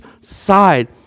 side